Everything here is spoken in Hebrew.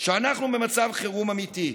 שאנחנו במצב חירום אמיתי.